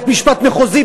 בית-משפט מחוזי,